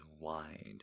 wide